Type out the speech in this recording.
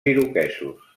iroquesos